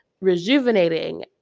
rejuvenating